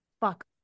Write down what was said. fuck